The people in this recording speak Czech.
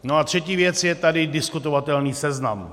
No a třetí věc je tady diskutovatelný seznam.